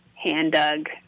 hand-dug